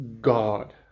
God